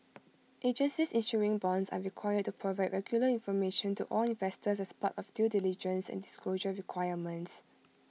agencies issuing bonds are required to provide regular information to all investors as part of due diligence and disclosure requirements